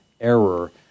error